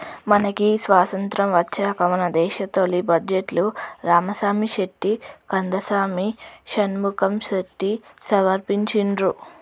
మనకి స్వతంత్రం వచ్చాక మన దేశ తొలి బడ్జెట్ను రామసామి చెట్టి కందసామి షణ్ముఖం చెట్టి సమర్పించిండ్రు